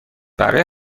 برای